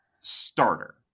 starter